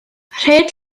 rhed